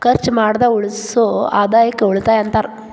ಖರ್ಚ್ ಮಾಡ್ದ ಉಳಿಸೋ ಆದಾಯಕ್ಕ ಉಳಿತಾಯ ಅಂತಾರ